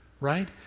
right